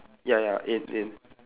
ya ya in in